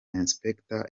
inspector